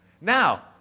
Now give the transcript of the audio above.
Now